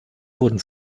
wurden